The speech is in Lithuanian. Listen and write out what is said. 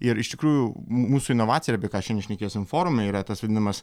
ir iš tikrųjų mūsų inovacija ir apie ką šnekėsim forume yra tas vadinamas